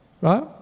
right